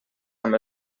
amb